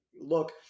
look